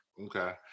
Okay